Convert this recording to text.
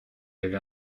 avait